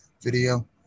video